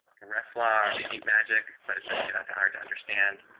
ref flog deep magic but it's actually not that hard to understand.